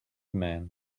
man